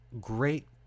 great